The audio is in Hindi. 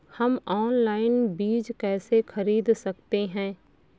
हम ऑनलाइन बीज कैसे खरीद सकते हैं?